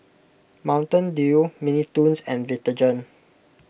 Mountain Dew Mini Toons and Vitagen